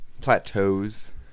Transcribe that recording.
Plateaus